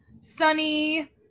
Sunny